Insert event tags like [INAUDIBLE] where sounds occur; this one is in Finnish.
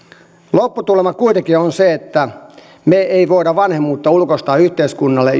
lopputulema kuitenkin on se että me emme voi vanhemmuutta ulkoistaa yhteiskunnalle [UNINTELLIGIBLE]